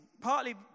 Partly